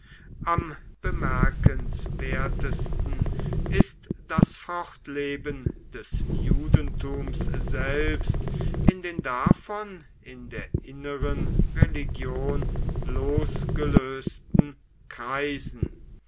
am bemerkenswertesten ist das fortleben des judentums selbst in den davon in der inneren religion losgelösten kreisen